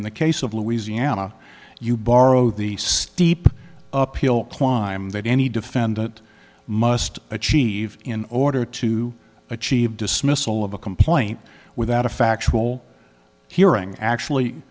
in the case of louisiana you borrow the steep uphill climb that any defendant must achieve in order to achieve dismissal of a complaint without a factual hearing actually